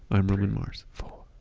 i'm roman mars